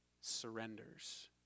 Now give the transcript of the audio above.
surrenders